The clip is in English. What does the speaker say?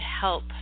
help